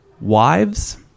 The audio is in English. wives